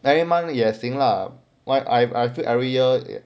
every month 也行 lah like I've I feel every year